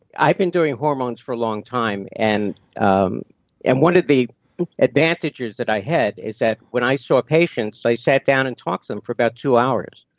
i've been doing hormones for a long time, and um and one of the advantages that i had is that when i saw patients, i sat down and talked to them for about two hours.